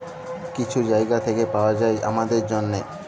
কিছু জায়গা থ্যাইকে পাউয়া যায় আমাদের জ্যনহে